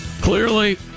Clearly